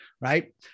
right